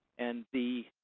and the